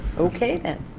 okay then.